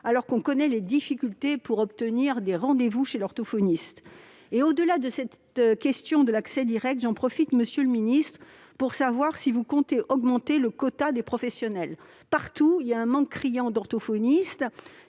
alors que l'on connaît les difficultés pour obtenir des rendez-vous chez un orthophoniste. Au-delà de cette question de l'accès direct, j'en profite, monsieur le secrétaire d'État, pour vous demander si vous comptez augmenter le quota de professionnels. Partout, le manque d'orthophonistes